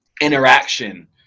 interaction